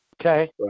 Okay